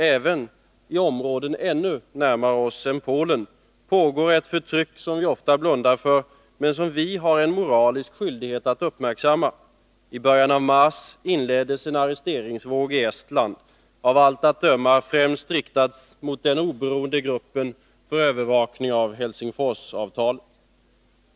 Även i områden ännu närmare oss än Polen pågår ett förtryck, som vi ofta blundar för men som vi har en moralisk skyldighet att uppmärksamma. I början av mars inleddes en arresteringsvåg i Estland, av allt att döma främst riktad mot den oberoende gruppen för övervakning av Helsingforsavtalet.